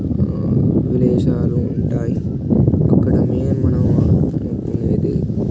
విలేషనాలు ఉంటాయి అక్కడ మెయిన్ మనం ఇది